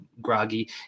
groggy